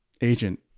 agent